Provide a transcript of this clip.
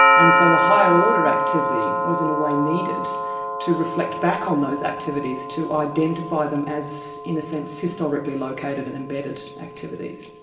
and so a higher order activity was in a way needed to reflect back on those activities, to identify them as in a sense, historically located and embedded activities.